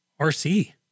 RC